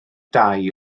dai